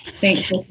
Thanks